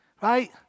right